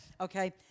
Okay